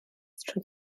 trwy